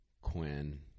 Quinn